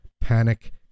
Panic